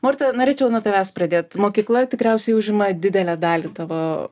morta norėčiau nuo tavęs pradėt mokykla tikriausiai užima didelę dalį tavo